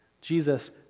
Jesus